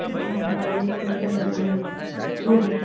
હા હવે એ તો તમારા ભાઈ જોશે